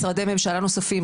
משרדי ממשלה נוספים,